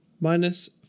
minus